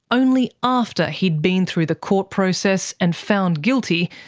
only after he'd been through the court process and found guilty,